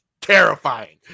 terrifying